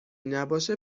نباشه